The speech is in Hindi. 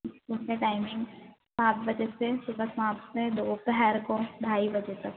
स्कूल का टाइमिंग सात बजे से सुबह सात से दोपहर को ढाई बजे तक